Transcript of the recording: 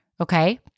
Okay